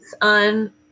on